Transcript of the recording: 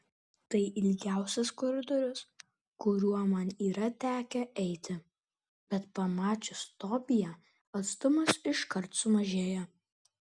tai ilgiausias koridorius kuriuo man yra tekę eiti bet pamačius tobiją atstumas iškart sumažėja